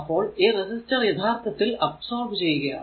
അപ്പോൾ ഈ റെസിസ്റ്റർ യഥാർത്ഥത്തിൽ അബ്സോർബ് ചെയ്യുകയാണ്